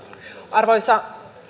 arvoisa